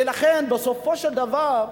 ולכן בסופו של דבר,